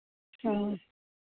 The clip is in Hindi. और